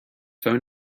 phone